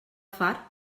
fart